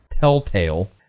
Telltale